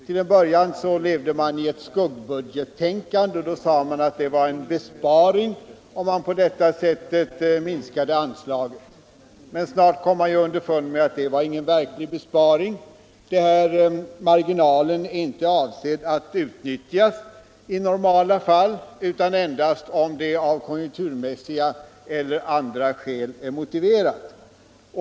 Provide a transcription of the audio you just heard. Till en början levde man i ett skuggbudgettänkande, och då sade man att = Investeringsplan för det var en besparing om man minskade anslaget. Men snart kom man kommunikationsunderfund med att det inte var någon verklig besparing. Marginalen är = verken m.m. inte avsedd att utnyttjas i normala fall utan endast om det av konjunkturmässiga eller andra skäl är motiverat.